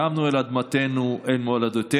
שבנו אל אדמתנו, אל מולדתנו,